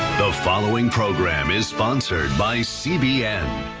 the following program is sponsored by cbn.